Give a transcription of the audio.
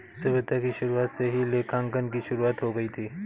सभ्यता की शुरुआत से ही लेखांकन की शुरुआत हो गई थी